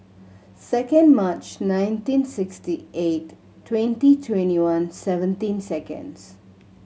second March nineteen sixty eight twenty twenty one seventeen seconds